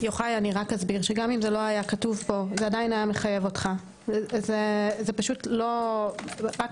גם אם זה לא היה כתוב פה זה עדיין היה מחייב אותך.